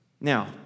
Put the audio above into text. Now